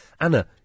anna